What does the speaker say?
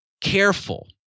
careful